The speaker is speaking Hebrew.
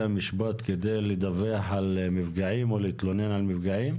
המשפט כדי לדווח על מפגעים או להתלונן על מפגעים?